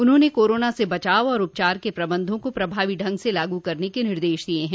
उन्होंने कोरोना से बचाव और उपचार के प्रबन्धों को प्रभावी ढंग से लागू करने के निर्देश दिये हैं